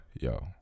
yo